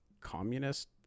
communist